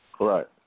Right